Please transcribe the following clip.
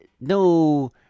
no